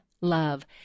love